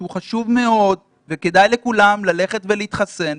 שהוא חשוב מאוד וכדאי לכולם ללכת להתחסן,